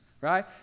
right